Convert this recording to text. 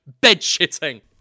bed-shitting